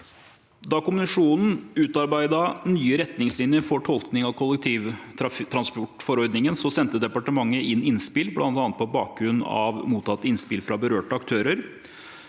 Da Kommisjonen utarbeidet nye retningslinjer for tolkning av kollektivtransportforordningen, sendte departementet inn innspill, bl.a. på bakgrunn av mottatte innspill fra berørte aktører.